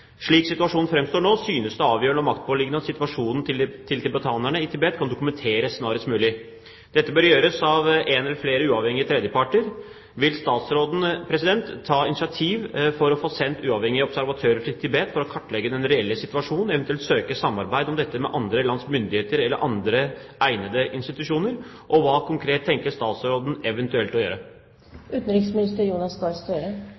Slik situasjonen framstår nå, synes det avgjørende og maktpåliggende at situasjonen til tibetanerne i Tibet kan dokumenteres snarest mulig. Dette bør gjøres av én eller flere uavhengige tredjeparter. Spørsmålene mine er da: Vil statsråden ta initiativ til å få sendt uavhengige observatører til Tibet for å kartlegge den reelle situasjonen, eventuelt søke samarbeid om dette med andre lands myndigheter eller andre egnede institusjoner? Og hva konkret tenker statsråden eventuelt å